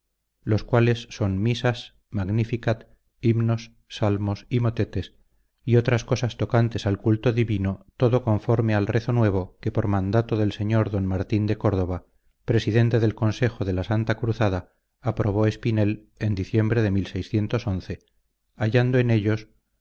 los cuales son misas magnificat himnos salmos y motetes y otras cosas tocantes al culto divino todo conforme al rezo nuevo que por mandado del sr d martín de córdoba presidente del consejo de la santa cruzada aprobó espinel en diciembre de hallando en ellos